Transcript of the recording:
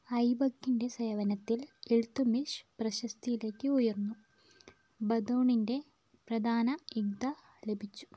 ഐബക്കിന്റെ സേവനത്തിൽ ഇൽത്തുമിഷ് പ്രശസ്തിയിലേക്ക് ഉയർന്നു ബദൗണിന്റെ പ്രധാന ഇഖ്ത ലഭിച്ചു